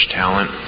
talent